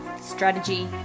strategy